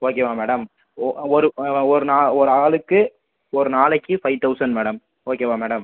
ஓகேவா மேடம் ஒ ஒரு ஒரு நா ஒரு ஆளுக்கு ஒரு நாளைக்கு ஃபைவ் தௌசண்ட் மேடம் ஓகேவா மேடம்